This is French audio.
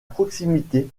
proximité